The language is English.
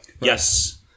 Yes